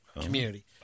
community